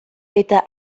eta